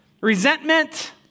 resentment